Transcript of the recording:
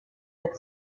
had